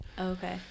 Okay